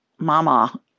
Mama